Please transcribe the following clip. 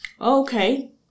Okay